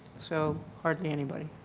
so hardly anybody.